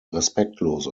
respektlos